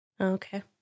Okay